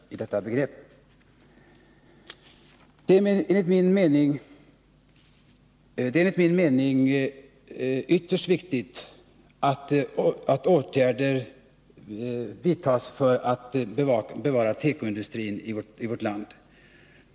Det är ytterst viktigt att åtgärder vidtas för att bevara tekoindustrin i vårt land.